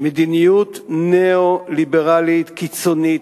מדיניות ניאו-ליברלית קיצונית,